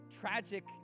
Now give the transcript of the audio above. tragic